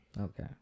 Okay